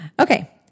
Okay